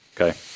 Okay